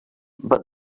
but